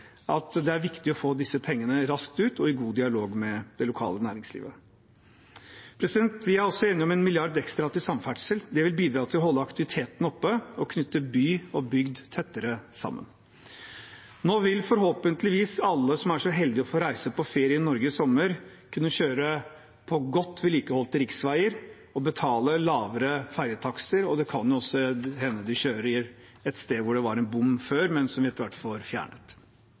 Det er viktig å få disse pengene raskt ut og i god dialog med det lokale næringslivet. Vi er også enige om en milliard ekstra til samferdsel. Det vil bidra til å holde aktiviteten oppe og knytte by og bygd tettere sammen. Nå vil forhåpentligvis alle som er så heldige å få reise på ferie i Norge i sommer, kunne kjøre på godt vedlikeholdte riksveier og betale lavere ferjetakster, og det kan også hende de kjører et sted hvor det var en bom før, men som vi etter hvert får fjernet.